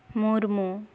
Murmu